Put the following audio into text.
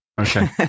okay